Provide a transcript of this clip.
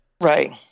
Right